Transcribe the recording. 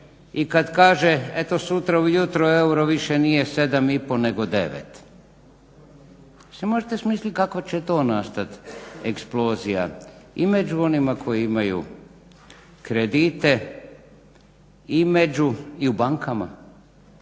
i kad kaže eto sutra ujutro euro više nije 7,5 nego 9. Jel si možete smislit kakva će to nastat eksplozija i među onima koji imaju kredite i u bankama,